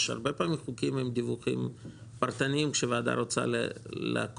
יש הרבה פעמים חוקים עם דיווחים פרטניים שוועדה רוצה לעקוב,